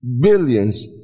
Billions